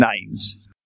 names